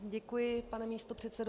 Děkuji, pane místopředsedo.